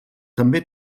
també